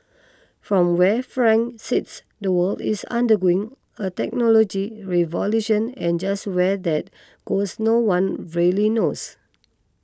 from where Frank sits the world is undergoing a technology revolution and just where that goes no one really knows